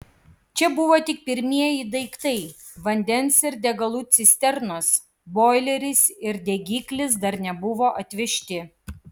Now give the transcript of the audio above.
čia buvo tik pirmieji daiktai vandens ir degalų cisternos boileris ir degiklis dar nebuvo atvežti